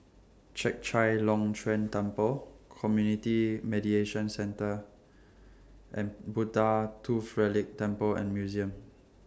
Chek Chai Long Chuen Temple Community Mediation Centre and Buddha Tooth Relic Temple and Museum